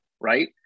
Right